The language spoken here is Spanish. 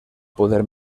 poder